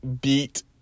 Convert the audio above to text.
beat